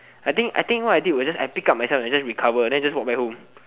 I think I think what I did was just I pick up myself and just recover and just walk back home